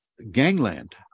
gangland